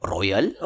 Royal